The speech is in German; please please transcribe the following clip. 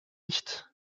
nicht